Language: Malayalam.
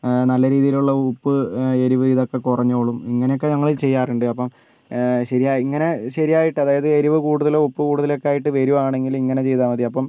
നല്ല രീതിയിലുള്ള ഉപ്പ് എരിവ് ഇതൊക്കെ കുറഞ്ഞോളും ഇങ്ങനെയൊക്കെ ഞങ്ങൾ ചെയ്യാറുണ്ട് അപ്പം ശരിയാ ഇങ്ങനെ ശരിയായിട്ട് അതായത് എരിവ് കൂടുതലോ ഉപ്പ് കൂടുതലോ ഒക്കെ ആയിട്ട് വരുവാണെങ്കിൽ ഇങ്ങനെ ചെയ്താൽ മതി അപ്പം